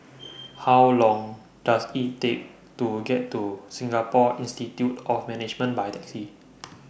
How Long Does IT Take to get to Singapore Institute of Management By Taxi